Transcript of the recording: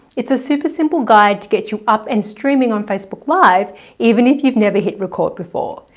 it's a super simple guide to get you up and streaming on facebook live even if you've never hit record before.